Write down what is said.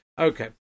Okay